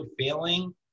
failing